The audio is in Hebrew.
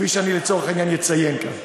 כפי שאני אציין כאן,